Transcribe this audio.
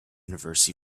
universe